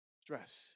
stress